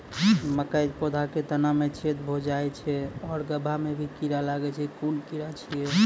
मकयक पौधा के तना मे छेद भो जायत छै आर गभ्भा मे भी कीड़ा लागतै छै कून कीड़ा छियै?